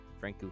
Franku